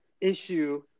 issue